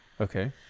okay